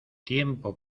tiempo